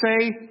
say